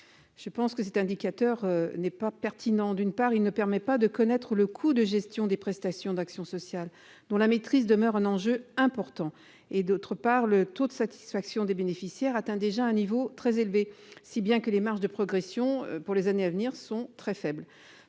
je pense que cet indicateur n'est pas pertinent, d'une part, il ne permet pas de connaître le coût de gestion des prestations d'action sociale dont la maîtrise demeure un enjeu important et d'autre part, le taux de satisfaction des bénéficiaires atteint déjà un niveau très élevé, si bien que les marges de progression pour les années à venir sont très faibles,